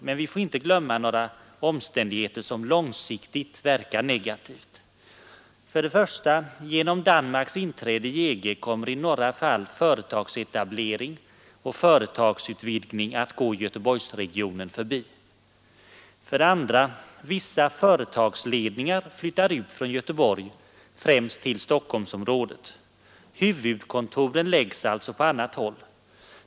Men vi får inte glömma några omständigheter som långsiktigt verkar negativt. För det första: Genom Danmarks inträde i EG kommer i några fall företagsetablering och företagsutvidgning att gå Göteborgsregionen förbi. För det andra: Vissa företagsledningar flyttar ut från Göteborg, främst till Stockholmsområdet. Huvudkontoren läggs alltså på annat håll.